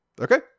okay